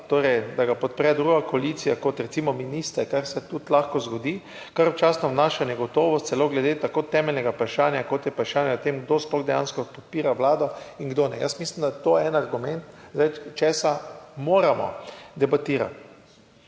torej, da ga podpre druga koalicija kot recimo minister, kar se tudi lahko zgodi, kar občasno vnaša negotovost celo glede tako temeljnega vprašanja, kot je vprašanje o tem, kdo sploh dejansko podpira vlado in kdo ne. Jaz mislim, da je to en argument zdaj, česa moramo debatirati.